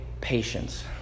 patience